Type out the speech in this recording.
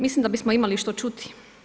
Mislim da bismo imali što čuti.